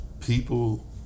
People